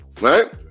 right